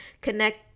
connect